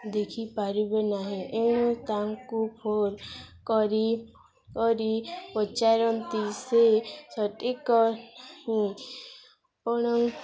ଦେଖିପାରିବେ ନାହିଁ ଏଣୁ ତାଙ୍କୁ ଫୋନ୍ କରି କରି ପଚାରନ୍ତି ସେ ସଠିକ୍ କ'ଣ